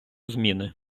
зміни